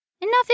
Enough